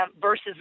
versus